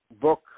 book